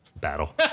battle